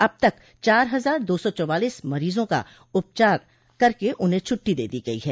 अब तक चार हजार दो सौ चौवालीस मरीजों का उपचार करके उन्हें छुट्टी दे दी गयी है